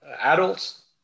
adults